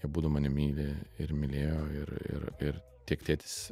abudu mane myli ir mylėjo ir ir ir tiek tėtis